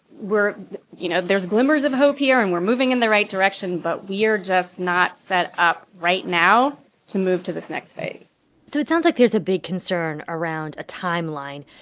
we're you know, there's glimmers of hope here, and we're moving in the right direction, but we are just not set up right now to move to this next phase so it sounds like there's a big concern around a timeline.